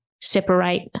separate